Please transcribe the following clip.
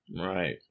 Right